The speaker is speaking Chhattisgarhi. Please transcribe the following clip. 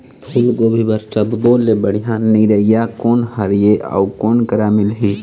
फूलगोभी बर सब्बो ले बढ़िया निरैया कोन हर ये अउ कोन करा मिलही?